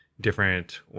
different